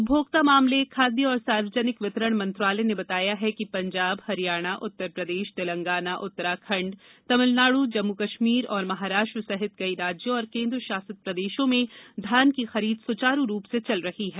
उपभोक्ता मामले खाद्य और सार्वजनिक वितरण मंत्रालय ने बताया है कि पंजाब हरियाणा उत्तर प्रदेश तेलंगाना उत्तराखंड तमिलनाडु जम्मू कश्मीर और महाराष्ट्र सहित कई राज्यों और केंद्र शासित प्रदेशों में धान की खरीद सुचारु रूप से चल रही है